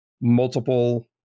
multiple